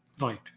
right